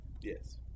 Yes